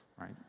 right